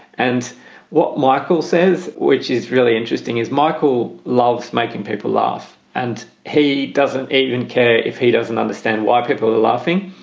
and what michael says, which is really interesting, is michael loves making people laugh and he doesn't even care if he doesn't understand why people are laughing.